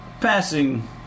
passing